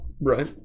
right